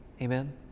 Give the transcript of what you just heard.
Amen